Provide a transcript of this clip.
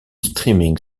streaming